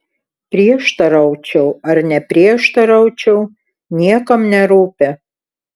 prieštaraučiau ar neprieštaraučiau niekam nerūpi